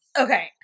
Okay